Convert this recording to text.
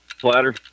Platter